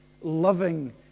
loving